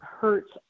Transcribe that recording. hurts